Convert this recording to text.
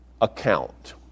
account